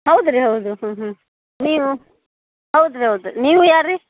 ಹೌದು ರೀ ಹೌದು ಹ್ಞೂ ಹ್ಞೂ ನೀವು ಹೌದು ರೀ ಹೌದು ನೀವು ಯಾರು ರೀ